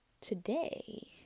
Today